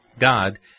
God